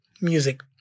music